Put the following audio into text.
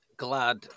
glad